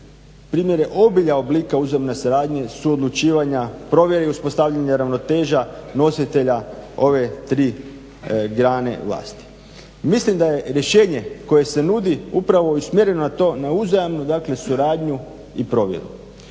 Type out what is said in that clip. primjere obilja oblika uzajamne suradnje, suodlučivanja, provjere i uspostavljanja ravnoteža nositelja ove tri grane vlasti. Mislim da je rješenje koje se nudi upravo usmjereno na to, na uzajamnu dakle suradnju i provjeru.